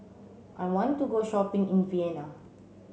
I want to go shopping in Vienna